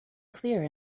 clear